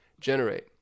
Generate